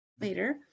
later